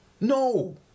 No